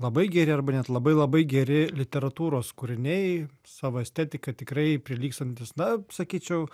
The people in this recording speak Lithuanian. labai geri arba net labai labai geri literatūros kūriniai savo estetika tikrai prilygstantys na sakyčiau